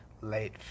late